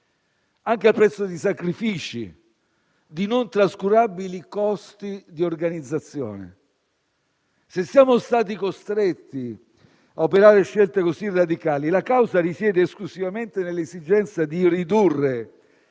e a prezzo di sacrifici e di non trascurabili costi di organizzazione. Se siamo stati costretti a operare scelte così radicali, la causa risiede esclusivamente nell'esigenza di ridurre,